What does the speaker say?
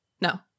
No